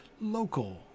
local